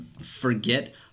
forget